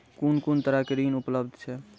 कून कून तरहक ऋण उपलब्ध छै?